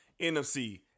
NFC